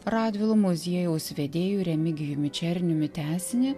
radvilų muziejaus vedėju remigijumi černiumi tęsinį